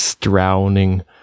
Drowning